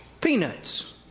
Peanuts